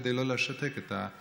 כדי לא לשתק את התנועה.